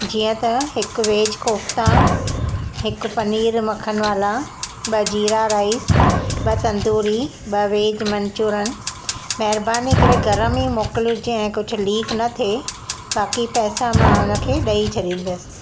जीअं त हिकु वेज कोफ्ता हिकु पनीर मखन वाला ॿ जीरा राइस ॿ तंदूरी ॿ वेज मनचूरन महिरबानी करे गरम ई मोकिलिजो ऐं कुझु लीक न थिए बाक़ी पैसा मां हिनखे ॾेई छॾींदसि